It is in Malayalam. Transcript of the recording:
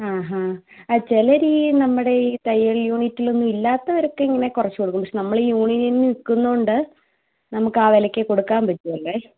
ആഹാ ആ ചിലർ ഈ നമ്മുടെ ഈ തയ്യൽ യൂണിറ്റിലൊന്നും ഇല്ലാത്തവരൊക്കെ ഇങ്ങനെ കുറച്ചുകൊടുക്കും പക്ഷേ നമ്മൾ ഈ യൂണിയനിൽ നിൽക്കുന്നതുകൊണ്ട് നമുക്കാ വിലയ്ക്കേ കൊടുക്കാൻ പറ്റുള്ളേ